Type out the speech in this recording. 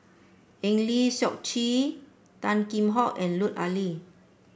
Eng Lee Seok Chee Tan Kheam Hock and Lut Ali